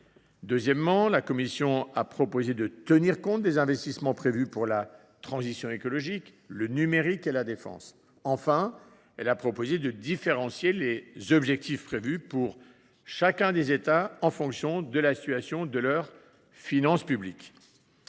investissements envisagés, de tenir compte des investissements prévus pour la transition écologique, le numérique et la défense et de différencier les objectifs prévus pour chacun des États en fonction de la situation de leurs finances publiques.